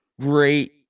great